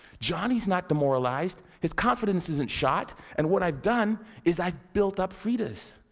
johnny's not demoralized. his confidence isn't shot, and what i've done is, i've built up freda's.